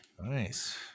nice